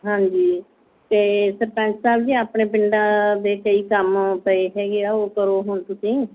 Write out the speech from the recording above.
ਹਾਂਜੀ ਅਤੇ ਸਰਪੰਚ ਸਾਹਿਬ ਜੀ ਆਪਣੇ ਪਿੰਡਾਂ ਦੇ ਕਈ ਕੰਮ ਪਏ ਹੈਗੇ ਆ ਉਹ ਕਰੋ ਹੁਣ ਤੁਸੀਂ